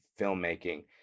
filmmaking